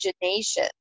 imagination